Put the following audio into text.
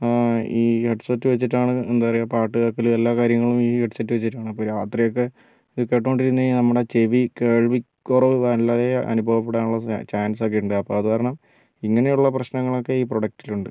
ഈ headset വെച്ചിട്ടാണ് എന്താ പറയുക പാട്ട് കേൾക്കലും എല്ലാ കാര്യങ്ങളും ഈ ഹെഡ് സെറ്റ് വെച്ചിട്ടാണ് അപ്പോൾ രാത്രിയൊക്കെ ഇത് കേട്ടോണ്ട് ഇരുന്ന് കഴിഞ്ഞാൽ നമ്മുടെ ചെവി കേൾവിക്കുറവ് വളരെ അനുഭവപ്പെടാൻ ഉള്ള ചാൻസ് ഒക്കെ ഉണ്ട് അപ്പോൾ അത് കാരണം ഇങ്ങനെയുള്ള പ്രശ്നങ്ങൾ ഒക്കെ ഈ പ്രൊഡക്ടിൽ ഉണ്ട്